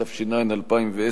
התשע"א 2010,